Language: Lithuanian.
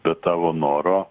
be tavo noro